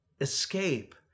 escape